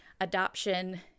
adoption